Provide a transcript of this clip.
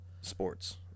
sports